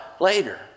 later